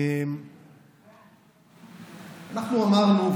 אנחנו אמרנו,